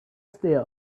still